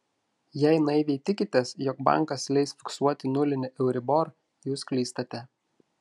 jei naiviai tikitės jog bankas leis fiksuoti nulinį euribor jūs klystate